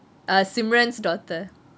err simran's daughter